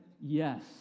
yes